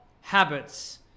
habits